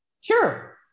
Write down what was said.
Sure